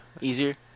Easier